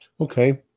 Okay